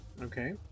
Okay